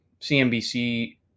CNBC